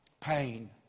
Pain